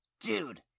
Dude